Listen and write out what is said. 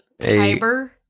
Tiber